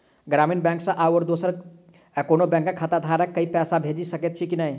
ग्रामीण बैंक सँ आओर दोसर कोनो बैंकक खाताधारक केँ पैसा भेजि सकैत छी की नै?